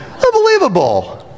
unbelievable